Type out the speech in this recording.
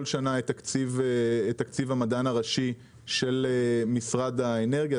שנה את תקציב המדען הראשי של משרד האנרגיה,